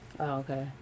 okay